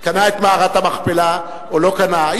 קנה את מערת המכפלה או לא קנה,